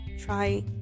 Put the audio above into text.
try